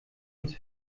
uns